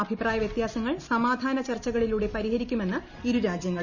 അഭിപ്രായ വൃത്യാസങ്ങൾ സമാധാന ചർച്ചകളിലൂടെ പരിഹരി ക്കുമെന്ന് ഇരു രാജ്യങ്ങളും